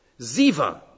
ziva